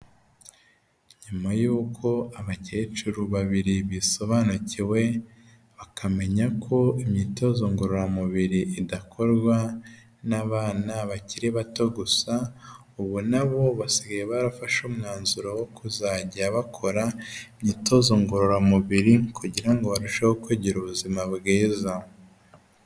Nyuma yuko abakecuru babiri bisobanukiwe bakamenya ko imyitozo ngororamubiri idakorwa n'abana bakiri bato gusa, ubu nabo basigaye barafashe umwanzuro wo kuzajya bakora imyitozo ngororamubiri kugira ngo barusheho kugira ubuzima bwiza.